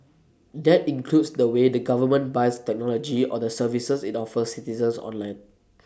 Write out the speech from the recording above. that includes the way the government buys technology or the services IT offers citizens online